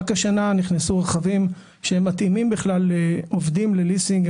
רק השנה נכנסו רכבים שמתאימים בכלל לעובדים לליסינג,